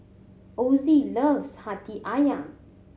Ossie loves Hati Ayam